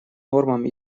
нормам